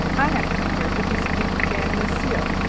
i am come here to bespeak fanny a seal.